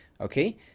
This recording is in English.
okay